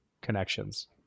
connections